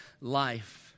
life